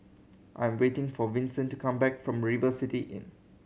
I am waiting for Vinson to come back from River City Inn